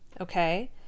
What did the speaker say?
okay